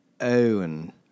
Owen